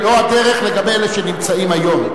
לא הדרך לגבי אלה שנמצאים היום.